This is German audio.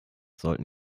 sollten